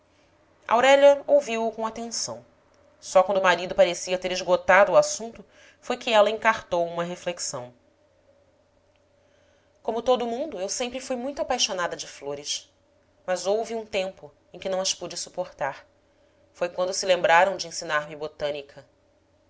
aurélia ouviu-o com atenção só quando o marido parecia ter esgotado o assunto foi que ela encartou uma reflexão como todo o mundo eu sempre fui muito apaixonada de flores mas houve um tempo em que não as pude suportar foi quando se lembraram de ensinar-me botânica